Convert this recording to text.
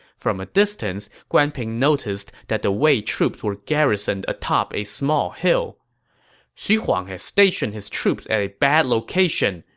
from a distance, guan ping noticed that the wei troops were garrisoned atop a small hill xu xu huang has stationed his troops at a bad location,